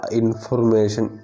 information